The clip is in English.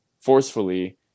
forcefully